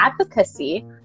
advocacy